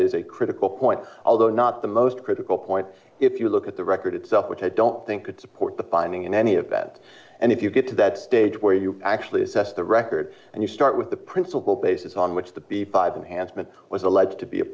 is a critical point although not the most critical point if you look at the record itself which i don't think could support the finding in any event and if you get to that stage where you actually assess the record and you start with the principle basis on which the b five unhandsome it was alleged to be